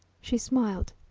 she smiled.